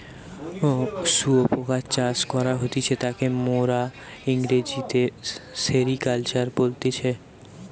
শুয়োপোকা চাষ করা হতিছে তাকে মোরা ইংরেজিতে সেরিকালচার বলতেছি